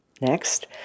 Next